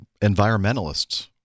environmentalists